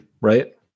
right